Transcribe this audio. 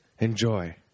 Enjoy